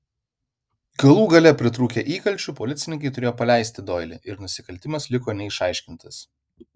galų gale pritrūkę įkalčių policininkai turėjo paleisti doilį ir nusikaltimas liko neišaiškintas